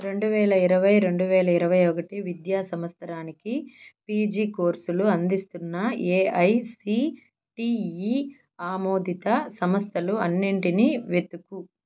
రెండువేల ఇరవై రెండువేల ఇరవై ఒకటి విద్యా సంవత్సరానికి పీజీ కోర్సులు అందిస్తున్న ఏఐసీటీఈ ఆమోదిత సంస్థలు అన్నింటిని వెతుకు